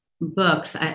books